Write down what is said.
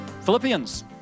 Philippians